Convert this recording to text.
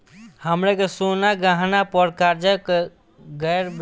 हमरा के सोना गहना पर कर्जा गैर बैंकिंग सुविधा संस्था से मिल जाई का?